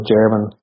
German